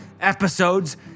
episodes